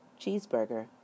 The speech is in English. cheeseburger